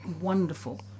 Wonderful